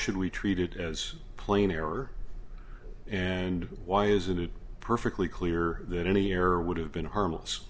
should we treat it as a plain error and why isn't it perfectly clear that any error would have been harmless